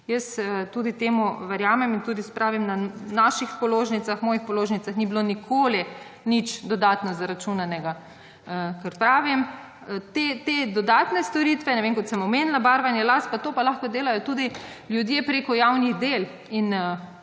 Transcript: Jaz tudi temu verjamem in tudi pravim, na naših položnicah, mojih položnicah ni bilo nikoli nič dodatno zaračunanega. Ker pravim, te dodatne storitve, ne vem, kot sem omenila, barvanje las in to pa lahko delajo tudi ljudje preko javnih del. In